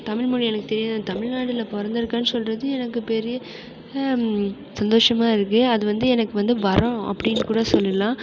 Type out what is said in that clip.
தமிழ்மொழி எனக்கு தமிழ்நாடில் பிறந்துருக்கன்னு சொல்கிறது எனக்கு பெரிய சந்தோஷமாக இருக்கு அது வந்து எனக்கு வந்து வரம் அப்படின்னு கூட சொல்லலாம்